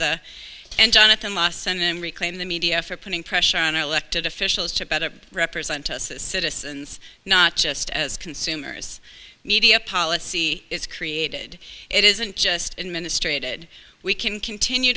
shirley and jonathan ross and reclaim the media for putting pressure on our elected officials to better represent us as citizens not just as consumers media policy is created it isn't just administrated we can continue